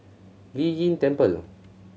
Lei Yin Temple